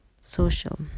social